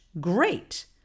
Great